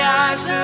eyes